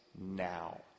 now